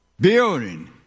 Building